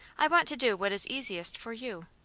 i want to do what is easiest for you.